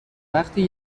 وقتی